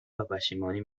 پشیمانی